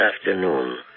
afternoon